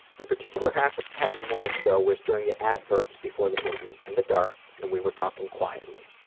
the particular happy happy moment, though, was during the adverts before the movie in the dark and we were talking quietly.